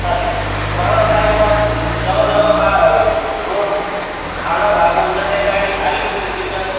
साथी बर्खाको टाइममा जग्गा जग्गा बा रोड खाल्डा भएको हुन्छ त्यहाँ गाडी अलिकति उफ्रिन्छ